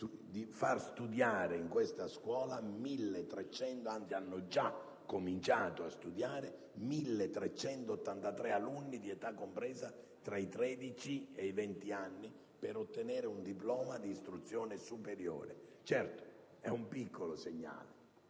a studiare 1.383 alunni di età compresa tra i 13 e i 20 anni, per ottenere un diploma di istruzione superiore. Certo, è un piccolo segnale,